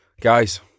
Guys